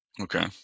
Okay